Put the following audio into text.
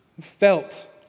felt